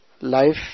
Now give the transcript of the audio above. Life